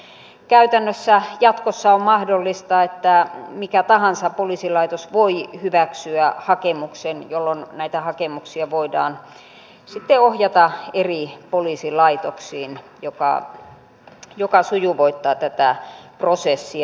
nyt sitten käytännössä jatkossa on mahdollista että mikä tahansa poliisilaitos voi hyväksyä hakemuksen jolloin näitä hakemuksia voidaan sitten ohjata eri poliisilaitoksiin mikä sujuvoittaa tätä prosessia